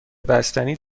بستنی